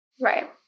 Right